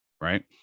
right